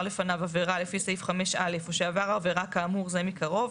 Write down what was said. לפניו עבירה לפי סעיף 5(א) או שעבר עבירה כאמור זה מקרוב,